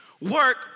work